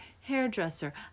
hairdresser